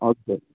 हजुर